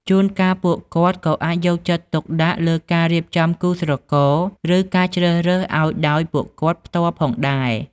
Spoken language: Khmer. ជួនកាល ពួកគាត់ក៏អាចយកចិត្តទុកដាក់លើការរៀបចំគូស្រករ ឬការជ្រើសរើសឱ្យដោយពួកគាត់ផ្ទាល់ផងដែរ។